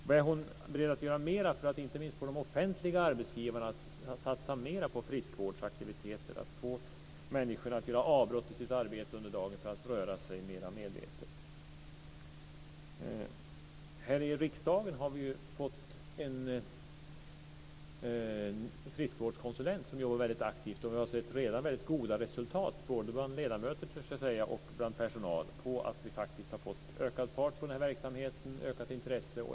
Är Ulrica Messing beredd att göra mer för att få inte minst de offentliga arbetsgivarna att satsa mer på friskvårdsaktiviteter, att få människor att göra avbrott i sitt arbete under dagen för att röra sig mer medvetet? Här i riksdagen har vi fått en friskvårdskonsulent som jobbar aktivt. Vi har redan sett goda resultat, både bland ledamöter och bland personal. Det har blivit ökad fart på verksamheten och ett ökat intresse.